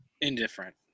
Indifferent